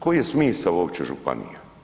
Koji je smisao uopće županija?